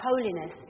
holiness